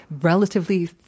relatively